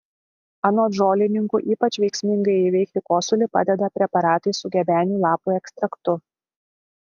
anot žolininkų ypač veiksmingai įveikti kosulį padeda preparatai su gebenių lapų ekstraktu